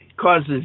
causes